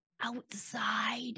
outside